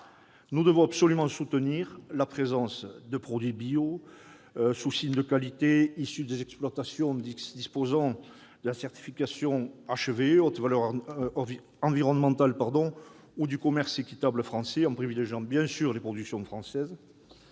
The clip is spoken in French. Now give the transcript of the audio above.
Nous devons absolument soutenir la présence de produits bios issus des exploitations disposant de la certification « haute valeur environnementale » ou du commerce équitable, en privilégiant bien sûr les productions françaises.